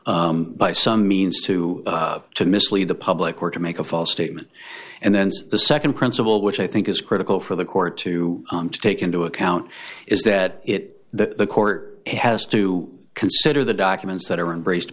by some means to to mislead the public or to make a false statement and then the nd principle which i think is critical for the court to take into account is that it the court has to consider the documents that are in raised